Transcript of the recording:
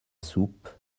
soupe